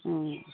ꯎꯝ